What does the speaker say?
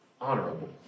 honorable